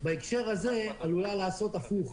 בהקשר הזה עלולה לעשות הפוך,